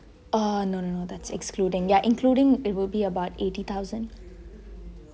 uh no no no that's excluding ya including it will be about eighty thousand